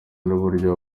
n’uburyo